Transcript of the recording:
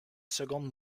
seconde